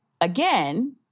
again